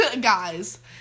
guys